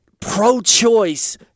pro-choice